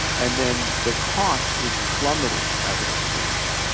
and then the cost is plummeting as an exponential,